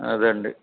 అదే అండి